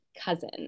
cousin